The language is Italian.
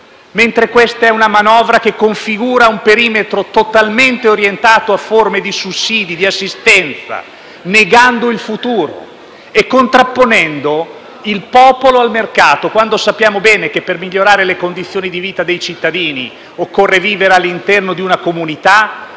contrario, questa è una manovra che configura un perimetro totalmente orientato a forme di sussidi, di assistenza, negando il futuro e contrapponendo il popolo al mercato, quando sappiamo bene che per migliorare le condizioni di vita dei cittadini occorre vivere all'interno di una comunità;